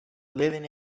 living